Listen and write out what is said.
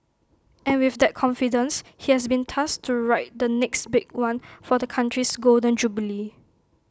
and with that confidence he has been tasked to write the next big one for the Country's Golden Jubilee